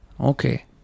Okay